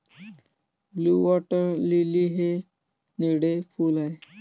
blue water lily हे निळे फूल आहे